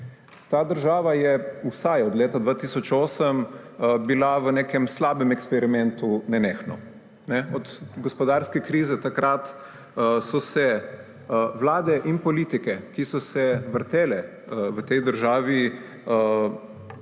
Ta država je bila vsaj od leta 2008 nenehno v nekem slabem eksperimentu. Od gospodarske krize takrat so se vlade in politike, ki so se vrtele v tej državi,